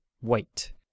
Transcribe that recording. wait